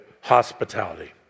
hospitality